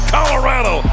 Colorado